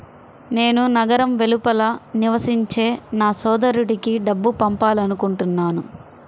నేను నగరం వెలుపల నివసించే నా సోదరుడికి డబ్బు పంపాలనుకుంటున్నాను